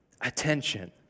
attention